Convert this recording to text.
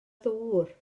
ddŵr